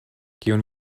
kiun